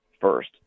first